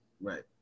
Right